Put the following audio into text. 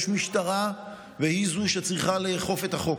יש משטרה, והיא שצריכה לאכוף את החוק.